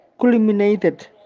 culminated